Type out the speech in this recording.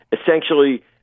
essentially